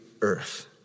earth